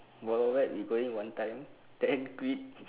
wild wild wet we going one time then quit